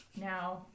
Now